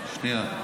שנייה.